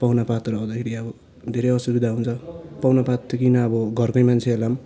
पाहुना पातहरू आउँदाखेरि अब धेरै असुविधा हुन्छ पाहुना पात त किन अब घरकै मान्छेहरूलाई पनि